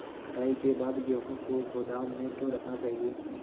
कटाई के बाद गेहूँ को गोदाम में क्यो रखना चाहिए?